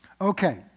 Okay